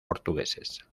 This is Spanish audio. portugueses